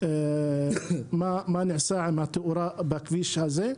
מה נעשה עם התאורה בכביש הזה?